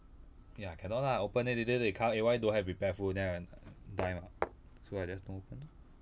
ya cannot lah open then later they come eh why don't have repair phone then I die mah so I just don't open ah